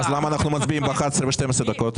אז למה אנחנו מצביעים באחת-עשרה ו-12 דקות?